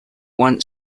want